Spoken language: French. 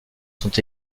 sont